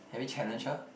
have you challenge her